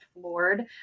floored